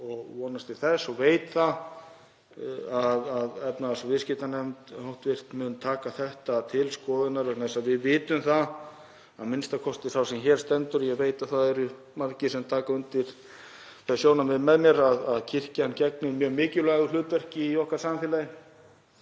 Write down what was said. og vonast til þess og veit það að hv. efnahags- og viðskiptanefnd muni taka þetta til skoðunar vegna þess að við vitum það, a.m.k. sá sem hér stendur og ég veit að það eru margir sem taka undir þau sjónarmið með mér, að kirkjan gegnir mjög mikilvægu hlutverki í okkar samfélagi